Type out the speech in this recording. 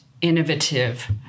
innovative